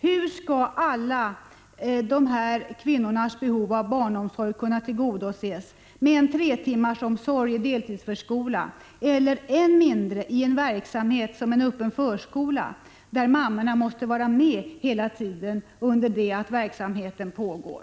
Hur skall alla dessa kvinnors behov av barnomsorg kunna tillgodoses om deras barn bara får tre timmars omsorg i deltidsförskola eller — och det är ju än mindre — om de bara får gå i öppen förskola, där mammorna måste vara med hela den tid som verksamheten pågår?